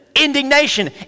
indignation